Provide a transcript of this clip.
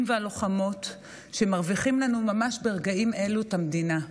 והלוחמות שמרוויחים לנו ממש ברגעים אלו את המדינה.